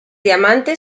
diamante